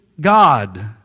God